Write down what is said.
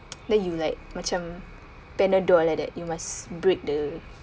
then you like macam panadol like that you must break the